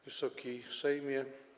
Wysoki Sejmie!